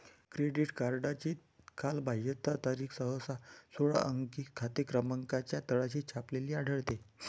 credit कार्डची कालबाह्यता तारीख सहसा सोळा अंकी खाते क्रमांकाच्या तळाशी छापलेली आढळते